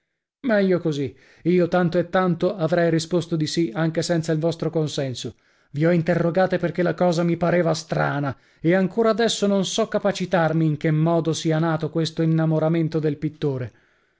meglio così io tanto e tanto avrei risposto di si anche senza il vostro consenso vi ho interrogate perchè la cosa mi pareva strana e ancora adesso non so capacitarmi in che modo sia nato questo innamoramento del pittore